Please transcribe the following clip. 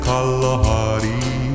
Kalahari